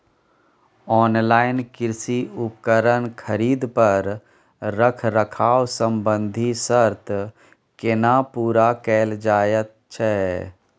Online कृषि उपकरण खरीद पर रखरखाव संबंधी सर्त केना पूरा कैल जायत छै?